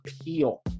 appeal